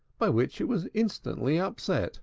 by which it was instantly upset